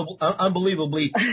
unbelievably